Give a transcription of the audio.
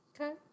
Okay